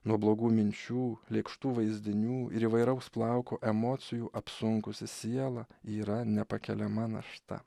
nuo blogų minčių lėkštų vaizdinių ir įvairaus plauko emocijų apsunkusi siela yra nepakeliama našta